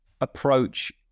approach